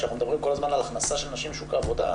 כשאנחנו מדברים כל הזמן על הכנסה של נשים לשוק העבודה,